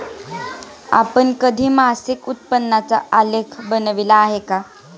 आपण कधी मासिक उत्पन्नाचा आलेख बनविला आहे का?